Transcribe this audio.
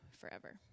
forever